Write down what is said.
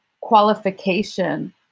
qualification